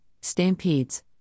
stampedes